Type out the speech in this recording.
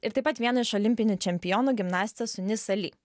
ir taip pat vieną iš olimpinių čempionų gimnastę sunisą lee